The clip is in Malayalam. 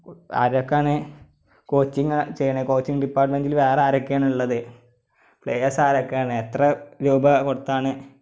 ആരൊക്കെയാണ് കോച്ചിങ് ചെയ്യുന്നത് കോച്ചിങ് ഡിപ്പാർട്ട്മെന്റിൽ വേറെ ആരൊക്കെയാണ് ഉള്ളത് പ്ലെയേർസ് ആരൊക്കെയാണ് എത്ര രൂപ കൊടുത്താണ്